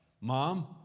mom